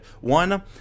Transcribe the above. One